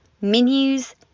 menus